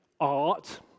art